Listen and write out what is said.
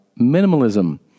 minimalism